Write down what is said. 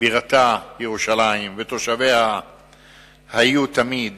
ובירתה ירושלים ותושביה היתה תמיד